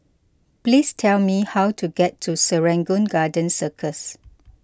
please tell me how to get to Serangoon Garden Circus